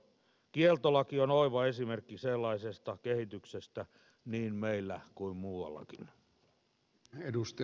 kieltolaki on oiva esimerkki sellaisesta kehityksestä niin meillä kuin muuallakin